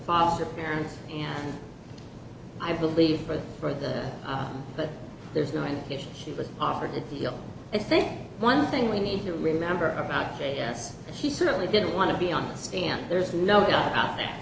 foster parents and i believe but for the but there's no indication she was offered a deal i think one thing we need to remember about yes he certainly didn't want to be on the stand there's no doubt about that